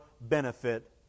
benefit